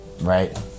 Right